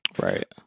Right